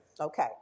okay